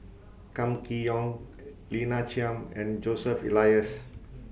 Kam Kee Yong Lina Chiam and Joseph Elias